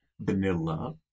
Vanilla